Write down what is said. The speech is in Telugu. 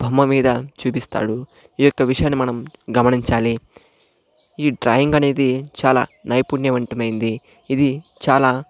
బొమ్మ మీద చూపిస్తాడు ఈ యొక్క విషయాన్ని మనం గమనించాలి ఈ డ్రాయింగ్ అనేది చాలా నైపుణ్యవంతమైనది ఇది చాలా